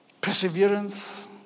perseverance